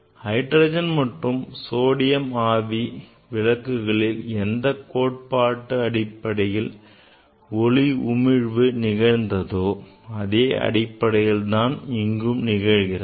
hydrogen மற்றும் sodium ஆவி விளக்குகளில் எந்த கோட்பாட்டு அடிப்படையில் ஒளி உமிழ்வு நிகழ்ந்ததோ அதே அடிப்படையில்தான் இங்கும் நிகழ்கிறது